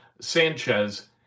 Sanchez